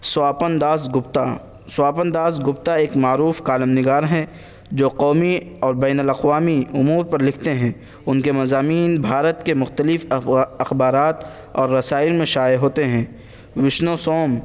سواپن داس گپتا سواپن داس گپتا ایک معروف کالم نگار ہیں جو قومی اور بین الاقوامی امور پر لکھتے ہیں ان کے مضامین بھارت کے مختلف اخبارات اور رسائل میں شائع ہوتے ہیں وشنو سوم